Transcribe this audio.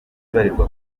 ibarirwa